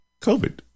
COVID